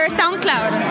soundcloud